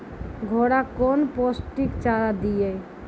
घोड़ा कौन पोस्टिक चारा दिए?